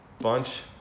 bunch